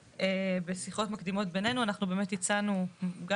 בשיחות מקדימות בינינו אנחנו באמת הצענו גם